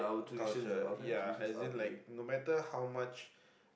culture ya as in like no matter how much